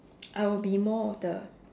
I'll be more of the